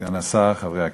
סגן השר, חברי הכנסת,